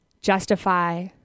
justify